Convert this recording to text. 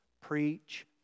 Preach